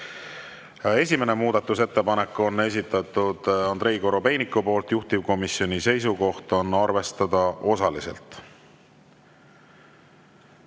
Esimene muudatusettepanek on esitatud Andrei Korobeiniku poolt, juhtivkomisjoni seisukoht on arvestada osaliselt.